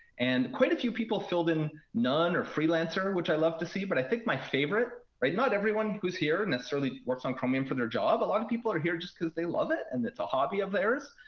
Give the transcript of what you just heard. and quite a few people filled in none or freelancer, which i love to see. but i think my favorite not everyone who's here necessarily works on chromium for their job. a lot of people are here just because they love it and it's a hobby of theirs.